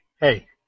Hey